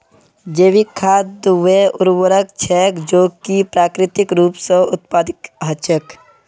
जैविक खाद वे उर्वरक छेक जो कि प्राकृतिक रूप स उत्पादित हछेक